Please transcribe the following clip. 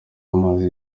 bamaze